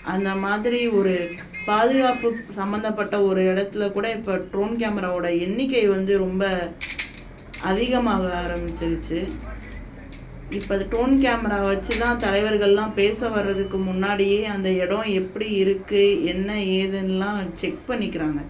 அந்தமாதிரி ஒரு பாதுகாப்பு சம்மந்தப்பட்ட ஒரு இடத்துல கூட இப்போ ட்ரோன் கேமராவோட எண்ணிக்கை வந்து ரொம்ப அதிகமாக ஆரம்பிச்சிருச்சு இப்போ அது ட்ரோன் கேமரா வச்சு தான் தலைவர்கள்லாம் பேச வர்றதுக்கு முன்னாடியே அந்த இடம் எப்படி இருக்குது என்ன ஏதுன்லாம் செக் பண்ணிக்கிறாங்க